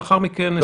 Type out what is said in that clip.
מאז 2007?